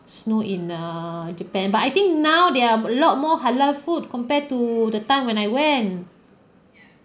snow in err japan but I think now there are a lot more halal food compared to the time when I went